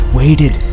waited